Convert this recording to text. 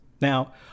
Now